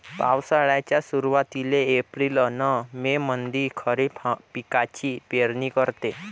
पावसाळ्याच्या सुरुवातीले एप्रिल अन मे मंधी खरीप पिकाची पेरनी करते